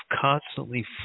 constantly